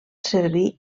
servir